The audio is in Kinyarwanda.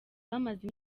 bamaze